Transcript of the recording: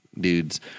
dudes